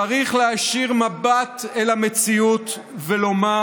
צריך להישיר מבט על המציאות ולומר,